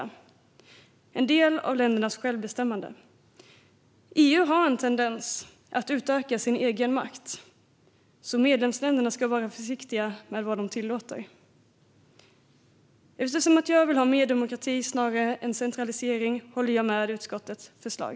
Det är en del av ländernas självbestämmande. EU har en tendens att utöka sin egen makt, så medlemsländerna ska vara försiktiga med vad de tillåter. Eftersom jag vill ha mer demokrati snarare än centralisering håller jag med om utskottets förslag.